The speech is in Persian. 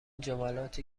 جملاتی